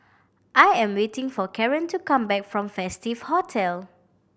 I am waiting for Caren to come back from Festive Hotel